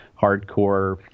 hardcore